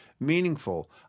Meaningful